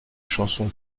chanson